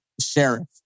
Sheriff